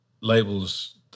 labels